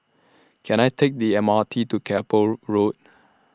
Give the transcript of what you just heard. Can I Take The M R T to Keppel Road